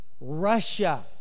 Russia